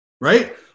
Right